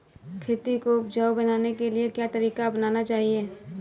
खेती को उपजाऊ बनाने के लिए क्या तरीका अपनाना चाहिए?